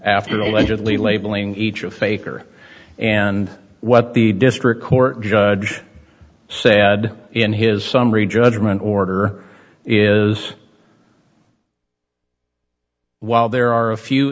allegedly labeling each of faker and what the district court judge said in his summary judgment order is while there are a few